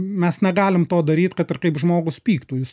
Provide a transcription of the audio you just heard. mes negalim to daryti kad ir kaip žmogus pyktų jis